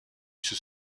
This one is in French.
sous